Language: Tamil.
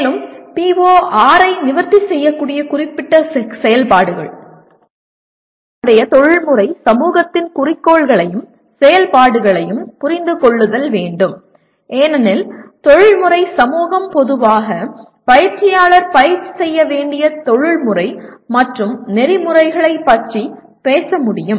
மேலும் PO6 ஐ நிவர்த்தி செய்யக்கூடிய குறிப்பிட்ட செயல்பாடுகள் தொடர்புடைய தொழில்முறை சமூகத்தின் குறிக்கோள்களையும் செயல்பாடுகளையும் புரிந்து கொள்ளுதல் வேண்டும் ஏனெனில் தொழில்முறை சமூகம் பொதுவாக பயிற்சியாளர் பயிற்சி செய்ய வேண்டிய தொழில்முறை மற்றும் நெறிமுறைகளைப் பற்றி பேச முடியும்